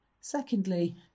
Secondly